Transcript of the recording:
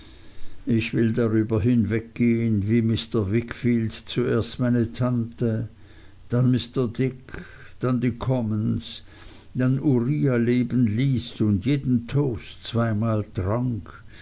ich will darüber hinweggehen wie mr wickfield zuerst meine tante dann mr dick dann die commons dann uriah leben ließ und jeden toast zweimal trank